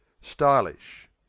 stylish